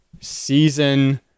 season